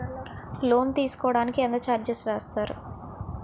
Loan తీసుకోడానికి ఎంత charges వేస్తారు?